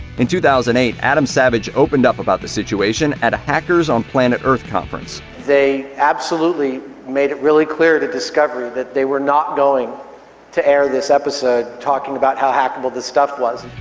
in two thousand and eight, adam savage opened up about the situation at a hackers on planet earth conference. they absolutely made it really clear to discovery that they were not going to air this episode talking about how hackable this stuff was.